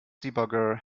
debugger